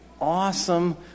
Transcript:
awesome